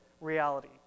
reality